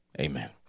Amen